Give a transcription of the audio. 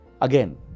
again